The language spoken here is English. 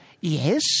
Yes